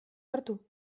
hartu